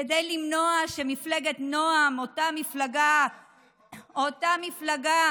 כדי למנוע שמפלגת נעם, אותה מפלגה